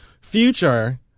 Future